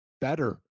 better